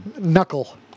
knuckle